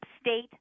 state